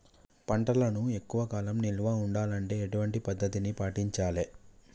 పంటలను ఎక్కువ కాలం నిల్వ ఉండాలంటే ఎటువంటి పద్ధతిని పాటించాలే?